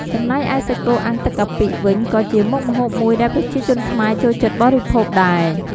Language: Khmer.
ចំណែកឯសាច់គោអាំងទឹកកាពិវិញក៏ជាមុខម្ហូបមួយដែលប្រជាជនខ្មែរចូលចិត្តបរិភោគដែរ។